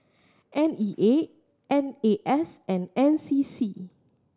N E A N A S and N C C